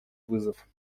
вызов